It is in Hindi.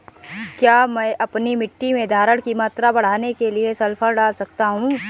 क्या मैं अपनी मिट्टी में धारण की मात्रा बढ़ाने के लिए सल्फर डाल सकता हूँ?